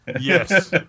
yes